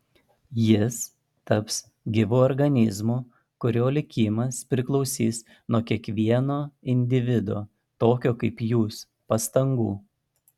jis taps gyvu organizmu kurio likimas priklausys nuo kiekvieno individo tokio kaip jūs pastangų